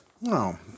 No